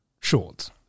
short